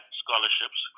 scholarships